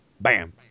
Bam